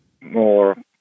more